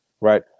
right